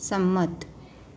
સંમત